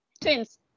twins